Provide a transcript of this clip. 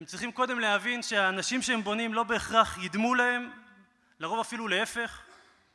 הם צריכים קודם להבין שהאנשים שהם בונים לא בהכרח ידמו להם, לרוב אפילו להפך.